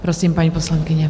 Prosím, paní poslankyně.